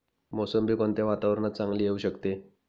मोसंबी कोणत्या वातावरणात चांगली येऊ शकते?